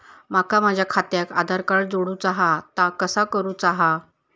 माका माझा खात्याक आधार कार्ड जोडूचा हा ता कसा करुचा हा?